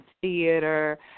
theater